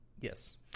yes